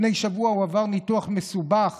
לפני שבוע הוא עבר ניתוח מסובך